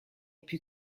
più